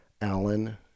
Alan